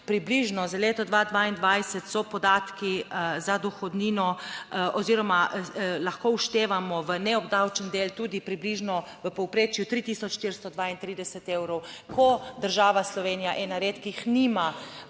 Približno za leto 2022 so podatki za dohodnino oziroma lahko vštevamo v neobdavčen del tudi približno v povprečju 3432 evrov, ko država Slovenija ena redkih nima